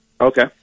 Okay